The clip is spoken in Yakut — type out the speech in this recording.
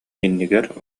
иннигэр